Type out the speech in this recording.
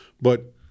But-